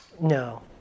no